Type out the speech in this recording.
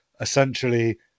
essentially